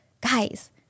guys